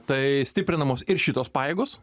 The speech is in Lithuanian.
tai stiprinamos ir šitos pajėgos